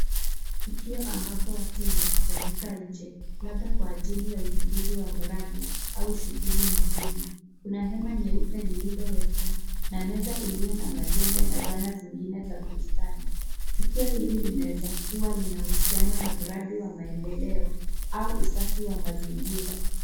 Tukio ambapo watu wamekusanyika nje labda kwa ajili ya uzinduzi wa mradi au shughuli nyingine. Kuna hema nyeupe lililowekwa na meza iliyo na majembe na zana zingine za bustani. Tukio hili linaweza kuwa linahusiana na mradi ya maendeleo au usafi wa mazingira.